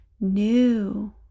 new